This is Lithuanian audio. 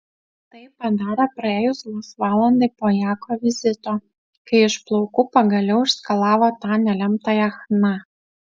tai padarė praėjus vos valandai po jako vizito kai iš plaukų pagaliau išskalavo tą nelemtąją chna